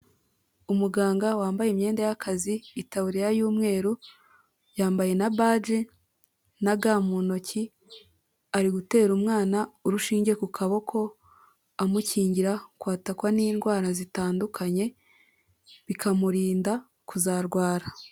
Umuganga wambaye imyenda yakazi itaburiya, y'umweru yambaye na bagi, na ga mu ntoki ari gutera umwana urushinge ku kaboko amukingira kwatakwa n'indwara zitandukanye bikamurinda kuzarwara.